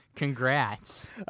Congrats